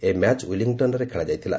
ଏହି ମ୍ୟାଚ୍ ୱିଲିଂଟନ୍ରେ ଖେଳାଯାଇଥିଲା